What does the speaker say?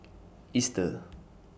Easter